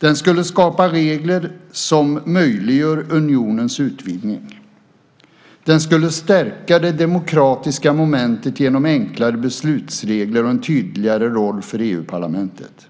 Den skulle skapa regler som möjliggör unionens utvidgning. Den skulle stärka det demokratiska momentet genom enklare beslutsregler och en tydligare roll för EU-parlamentet.